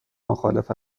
مخالف